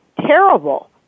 terrible